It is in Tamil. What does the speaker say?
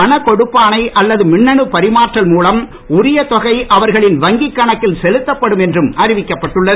பணக் கொடுப்பாணை அல்லது மின்னணுப் பரிமாற்றம் மூலம் உரிய தொகை அவர்களின் வங்கிக் கணக்கில் செலுத்தப்படும் என்றும் அறிவிக்கப் பட்டுள்ளது